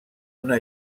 una